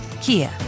Kia